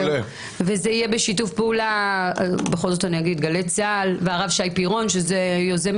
זה יהיה בשיתוף פעולה עם גלי צה"ל והרב שי פירון שיוזם